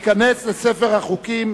אני קובע שחוק לתיקון פקודת מס הכנסה (מס' 172),